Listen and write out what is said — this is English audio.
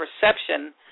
perception